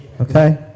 Okay